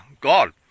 God